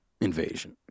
invasion